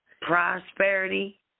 prosperity